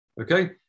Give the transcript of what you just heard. Okay